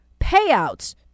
payouts